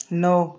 नौ